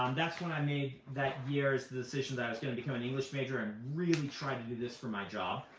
um that's when i made that year's the decision that i was going to become an english major and really try to do this for my job.